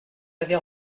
l’avez